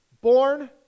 Born